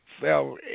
fell